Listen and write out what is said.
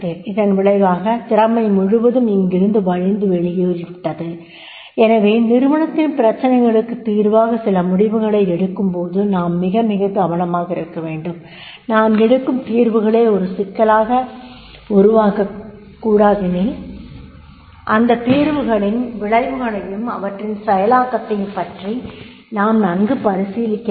அதன் விளைவாக திறமை முழுதும் இங்கிருந்து வழிந்து வெளியேறி விட்டது எனவே நிறுவனத்தின் பிரச்சினைகளுக்குத் தீர்வாக சில முடிவுகளை எடுக்கும்போது நாம் மிக மிக கவனமாக இருக்க வேண்டும் நாம் எடுக்கும் தீர்வுகளே ஒரு சிக்கலாக உருவாக்கக் கூடாதெனில் அந்தத் தீர்வுகளின் விளைவுகளையும் அவற்றின் செயலாக்கத்தைப் பற்றியும் நாம் நன்கு பரிசீலிக்கவேண்டும்